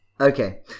Okay